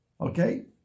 Okay